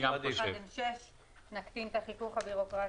ככה נקטין את החיכוך הבירוקרטי.